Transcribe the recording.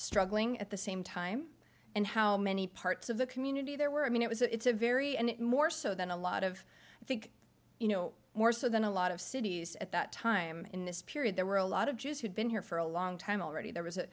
struggling at the same time and how many parts of the community there were i mean it was it's a very and it more so than a lot of i think you know more so than a lot of cities at that time in this period there were a lot of jews who'd been here for a long time already there was a